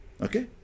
Okay